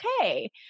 okay